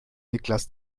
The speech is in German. niklas